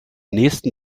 nächsten